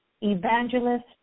Evangelist